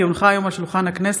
כי הונחה היום על שולחן הכנסת,